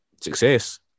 success